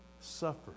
suffer